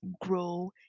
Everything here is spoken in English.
grow